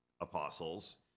apostles